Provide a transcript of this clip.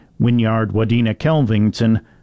Winyard-Wadena-Kelvington